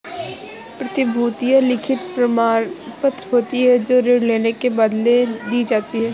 प्रतिभूतियां लिखित प्रमाणपत्र होती हैं जो ऋण लेने के बदले दी जाती है